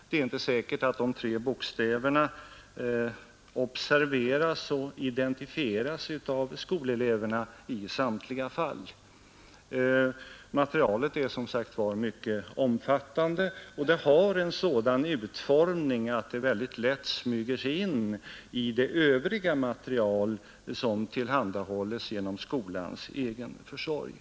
Det är inte säkert att de tre bokstäverna observeras och identifieras av skoleleverna i samtliga fall. Materialet är som sagt var mycket omfattande. och det har en sådan utformning att det mycket lätt smyger sig in i det övriga material som tillhandahälles genom skolans egen försorg.